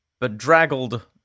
bedraggled